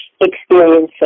experiencing